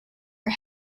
our